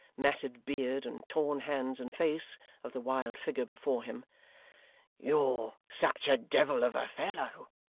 matted beard, and torn hands and face of the wild figure before him you're such a devil of a fellow.